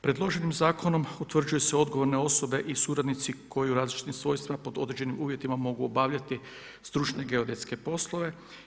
Predloženim zakonom utvrđuju se odgovorne osobe i suradnici koji u različitim svojstvima pod određenim uvjetima mogu obavljati stručne geodetske poslove.